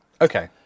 Okay